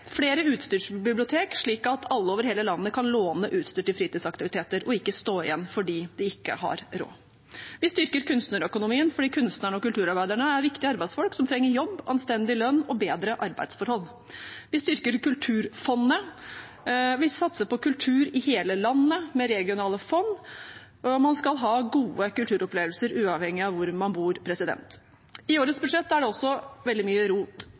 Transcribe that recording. flere utstyrsbibliotek, slik at alle over hele landet kan låne utstyr til fritidsaktiviteter og ikke stå igjen fordi de ikke har råd. Vi styrker kunstnerøkonomien fordi kunstnerne og kulturarbeiderne er viktige arbeidsfolk som trenger jobb, anstendig lønn og bedre arbeidsforhold. Vi styrker Kulturfondet, og vi satser på kultur i hele landet med regionale fond, for man skal ha gode kulturopplevelser uavhengig av hvor man bor. I årets budsjett er det også veldig mye rot.